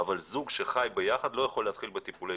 אבל זוג שחי ביחד לא יכול להתחיל בטיפולי